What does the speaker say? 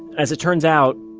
as it turns out,